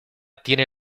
tiene